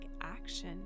action